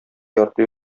ярты